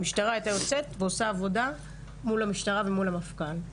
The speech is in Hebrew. המשטרה הייתה יוצאת ועושה עבודה מול המשטרה והמפכ"ל.